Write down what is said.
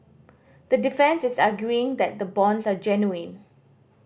the defence is arguing that the bonds are genuine